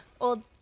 old